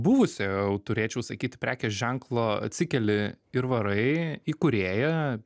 buvusio jau turėčiau sakyt prekės ženklo atsikeli ir varai įkūrėja